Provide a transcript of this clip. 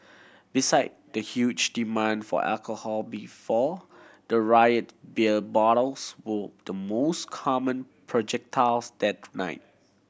beside the huge demand for alcohol before the riot beer bottles were the most common projectiles that night